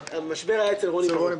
המשבר היה אצל רוני בראון.